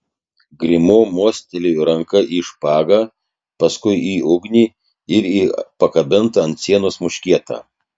grimo mostelėjo ranka į špagą paskui į ugnį ir į pakabintą ant sienos muškietą